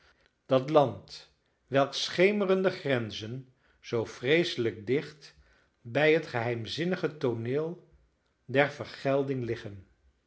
dat land welks schemerende grenzen zoo vreeselijk dicht bij het geheimzinnige tooneel der vergelding liggen